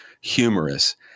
humorous